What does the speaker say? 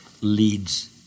leads